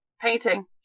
Painting